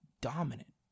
dominant